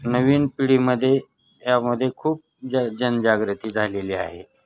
नवीन पिढीमध्ये यामध्ये खूप ज जनजागृती झालेली आहे